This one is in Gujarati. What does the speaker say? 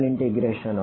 FHrdr0 Tmr